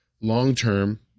long-term